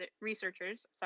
researchers